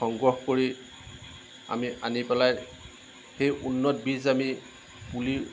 সংগ্ৰহ কৰি আমি আনি পেলাই সেই উন্নত বীজ আমি পুলি